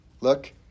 Look